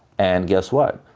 and guess what?